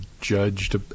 judged